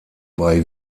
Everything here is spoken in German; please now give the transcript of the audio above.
bei